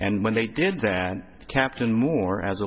and when they did that captain moore as